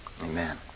Amen